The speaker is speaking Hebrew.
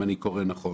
אם אני קורא נכון.